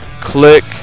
Click